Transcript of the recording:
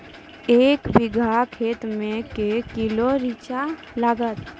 एक बीघा खेत मे के किलो रिचा लागत?